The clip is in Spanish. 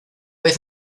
vez